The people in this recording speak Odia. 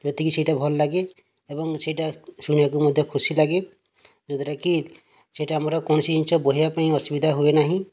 ଏତିକି ସେଇଟା ଭଲଲାଗେ ଏବଂ ସେଇଟା ଶୁଣିବାକୁ ମୋତେ ଖୁସିଲାଗେ ଯେଉଁଟାକି ସେଠି ଆମର କୌଣସି ଜିନିଷ ବୁହାଇବା ପାଇଁ ଅସୁବିଧା ହୁଏ ନାହିଁ